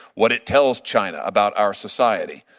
what it tells china about our society,